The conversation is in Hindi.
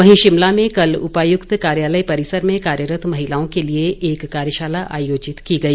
वहीं शिमला में कल उपायुक्त कार्यालय परिसर में कार्यरत महिलाओं के लिये एक कार्यशाला आयोजित की गई